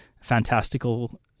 fantastical